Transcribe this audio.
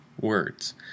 words